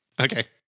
okay